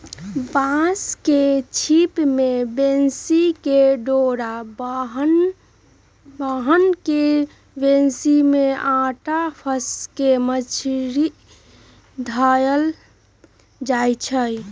बांस के छिप में बन्सी कें डोरा बान्ह् के बन्सि में अटा फसा के मछरि धएले जाइ छै